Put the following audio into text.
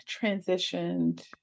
transitioned